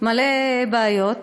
מלא בעיות.